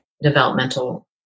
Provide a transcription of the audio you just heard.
developmental